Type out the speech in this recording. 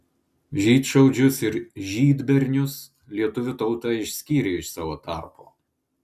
žydšaudžius ir žydbernius lietuvių tauta išskyrė iš savo tarpo